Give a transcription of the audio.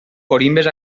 corimbes